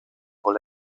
wohl